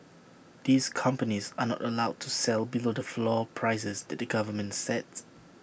these companies are not allowed to sell below the floor prices that the government sets